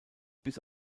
bis